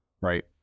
right